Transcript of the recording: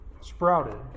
sprouted